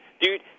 dude